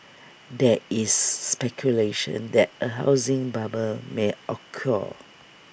there is speculation that A housing bubble may occur